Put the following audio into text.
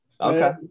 Okay